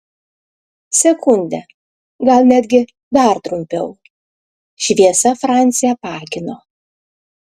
sekundę gal netgi dar trumpiau šviesa francį apakino